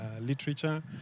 literature